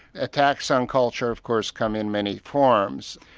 attacks on culture of course come in many forms.